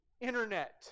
internet